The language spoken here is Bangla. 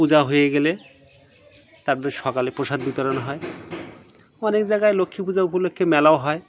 পূজা হয়ে গেলে তার পরে সকালে প্রসাদ বিতরণ হয় অনেক জায়গায় লক্ষ্মী পূজা উপলক্ষে মেলাও হয়